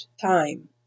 time